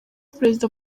perezida